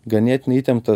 ganėtinai įtemptas